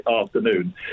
afternoon